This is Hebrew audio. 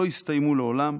לא יסתיימו לעולם,